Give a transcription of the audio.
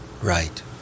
right